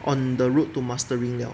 on the route to mastering liao